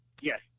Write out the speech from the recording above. Yes